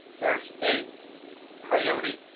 there's a coyote.